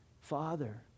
Father